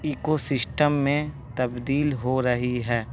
اکو system میں تبدیل ہو رہی ہے